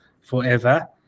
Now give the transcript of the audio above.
forever